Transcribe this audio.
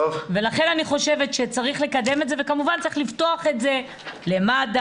לכן אני חושבת שצריך לקדם את זה וכמובן צריך לפתוח את זה למד"א,